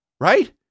right